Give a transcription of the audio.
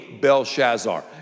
Belshazzar